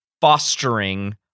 fostering